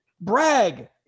brag